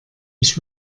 ich